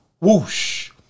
Whoosh